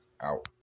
Out